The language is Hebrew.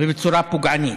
ובצורה פוגענית.